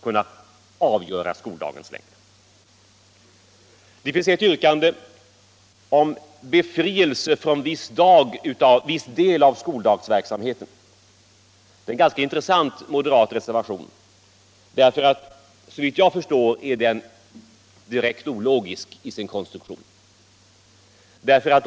Skolans inre arbete Vidare finns det ett yrkande om befrielse från viss del av skoldagens = m.m. verksamhet. Det är en ganska intressant moderat reservation, för såvitt jag förstår är den direkt ologisk i sin konstruktion.